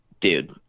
Dude